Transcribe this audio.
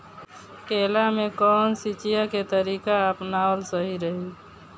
केला में कवन सिचीया के तरिका अपनावल सही रही?